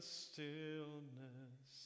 stillness